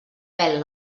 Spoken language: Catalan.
pèl